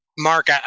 Mark